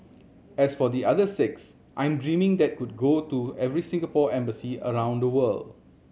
as for the other six I'm dreaming that could go to every Singapore embassy around the world